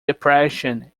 depression